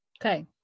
okay